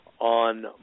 on